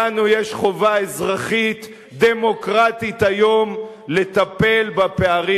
לנו יש חובה אזרחית דמוקרטית היום לטפל בפערים.